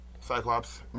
Cyclops